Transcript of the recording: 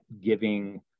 giving